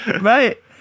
Right